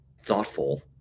thoughtful